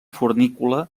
fornícula